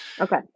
Okay